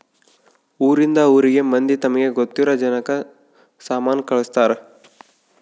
ಊರಿಂದ ಊರಿಗೆ ಮಂದಿ ತಮಗೆ ಗೊತ್ತಿರೊ ಜನಕ್ಕ ಸಾಮನ ಕಳ್ಸ್ತರ್